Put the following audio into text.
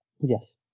Yes